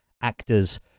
actors